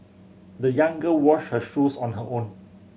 the young girl washed her shoes on her own